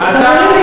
קולות?